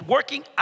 Working